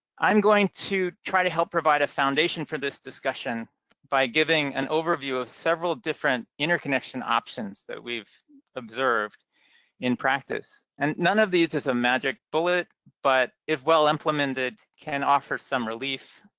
i'm going to try to help provide a foundation for this discussion by giving an overview of several different interconnection options that we've observed in practice. and none of these is a magic bullet, but if well implemented, can offer some relief,